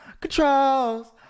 controls